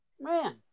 Man